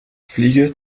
fliege